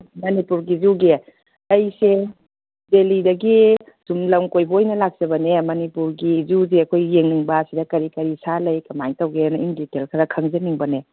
ꯃꯅꯤꯄꯨꯔꯒꯤ ꯖꯨꯒꯤ ꯑꯩꯁꯦ ꯗꯦꯜꯂꯤꯗꯒ ꯁꯨꯝ ꯂꯝ ꯀꯣꯏꯕ ꯑꯣꯏꯅ ꯂꯥꯛꯆꯕꯅꯦ ꯃꯅꯤꯄꯨꯔꯒꯤ ꯖꯨꯁꯦ ꯑꯈꯣꯏ ꯌꯦꯡꯅꯤꯡꯕ ꯁꯤꯗꯤ ꯀꯔꯤ ꯀꯔꯤ ꯁꯥ ꯂꯩ ꯀꯃꯥꯏꯅ ꯇꯧꯒꯦꯅ ꯏꯟ ꯗꯤꯇꯦꯜꯁ ꯈꯔ ꯈꯪꯖꯅꯤꯡꯕꯅꯦ